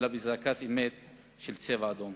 אלא באזעקת אמת של "צבע אדום".